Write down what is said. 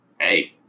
hey